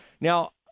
Now